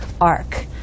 Arc